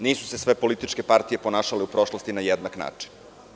Nisu se sve političke partije ponašale u prošlosti na jednak način.